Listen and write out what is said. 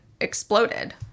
exploded